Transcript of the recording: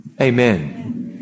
Amen